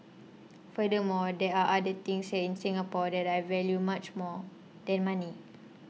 furthermore there are other things in Singapore that I value much more than money